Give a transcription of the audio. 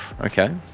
Okay